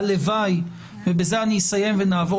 והלוואי ובזה אני אסיים ונעבור